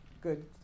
good